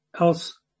else